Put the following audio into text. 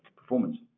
performance